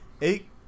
eight